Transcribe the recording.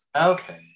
okay